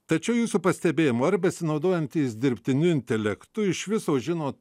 tačiau jūsų pastebėjimu ar besinaudojantys dirbtiniu intelektu iš viso žino